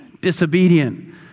disobedient